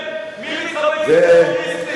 חתיכת מחבל, מי מתחפש לטרוריסטים?